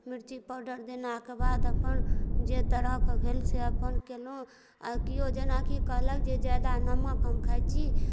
मिरची पाउडर देलाके बाद अपन जे तरहके भेल से अपन कएलहुँ आओर केओ जेनाकि कहलक जे जादा नमक हम खाइ छी